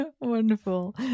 Wonderful